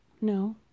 No